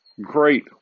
Great